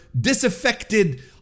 disaffected